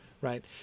right